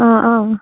ആ ആ